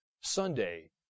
Sunday